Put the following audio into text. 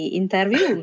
interview